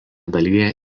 dalyje